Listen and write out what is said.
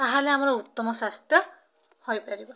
ତା'ହେଲେ ଆମର ଉତ୍ତମ ସ୍ଵାସ୍ଥ୍ୟ ହେଇପାରିବ